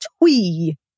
twee